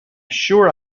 sure